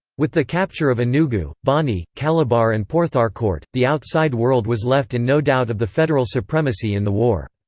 with the capture of enugu, bonny, calabar and portharcourt, the outside world was left in no doubt of the federal supremacy in the war.